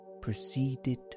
proceeded